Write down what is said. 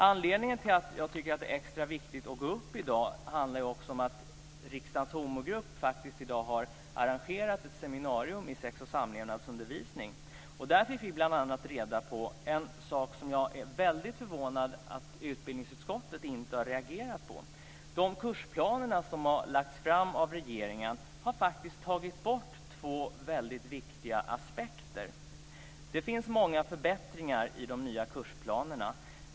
Anledningen till att jag tycker att det är extra viktigt att gå upp i debatten i dag är att riksdagens homogrupp i dag har arrangerat ett seminarium i sexoch samlevnadsundervisning. Där fick vi bl.a. reda på en sak som jag är väldigt förvånad över att utbildningsutskottet inte har reagerat på. I de kursplaner som har lagts fram av regeringen har man faktiskt tagit bort två väldigt viktiga aspekter. Det finns många förbättringar i de nya kursplanerna.